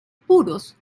puros